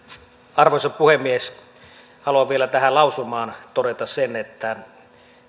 arvoisa puhemies haluan vielä tähän lausumaan todeta sen että